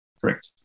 Correct